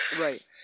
Right